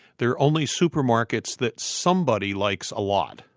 there are only supermarkets that somebody likes a lot.